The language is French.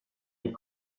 les